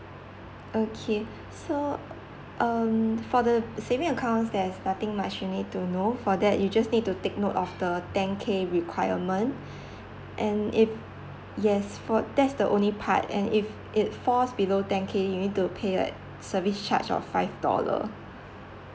okay so um for the saving accounts there's nothing much you need to know for that you just need to take note of the ten K requirement and if yes for that's the only part and if it falls below ten K then you need to pay like service charge of five dollar